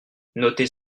notez